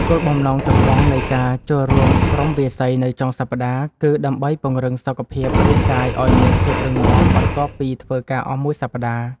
គោលបំណងចម្បងនៃការចូលរួមក្រុមវាយសីនៅចុងសប្តាហ៍ គឺដើម្បីពង្រឹងសុខភាពរាងកាយឱ្យមានភាពរឹងមាំបន្ទាប់ពីធ្វើការអស់មួយសប្តាហ៍។